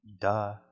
Duh